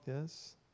Yes